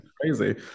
crazy